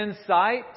insight